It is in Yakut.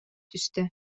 түстэ